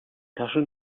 tasche